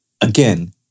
again